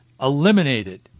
eliminated